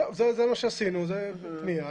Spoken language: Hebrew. זה מה שעשינו, זו הפנייה.